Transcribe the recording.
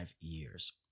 years